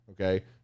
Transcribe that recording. okay